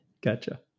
Gotcha